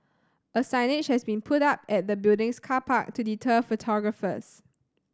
a signage has been put up at the building's car park to deter photographers